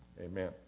Amen